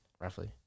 roughly